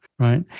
right